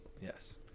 yes